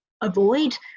avoid